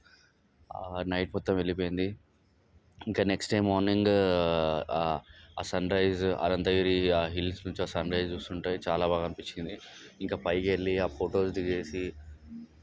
ఆ నైట్ మొత్తం వెళ్ళిపోయింది ఇంకా నెక్స్ట్ డే మార్నింగ్ ఆ సన్ రైస్ అదంత ఆ అనంతగిరి హిల్స్ ఆ సన్ రైస్ చూస్తుంటే చాలా బాగా అనిపించింది ఇంకా పైకి వెళ్ళి ఆ ఫొటోస్ దిగేసి